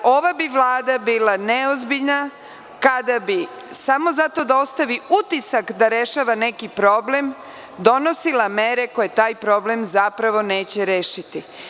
Ova Vlada bi bila neozbiljna kada bi samo zbog toga da ostavi utisak da rešava neki problem donosila mere koje taj problem zapravo neće rešiti.